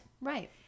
right